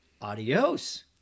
adios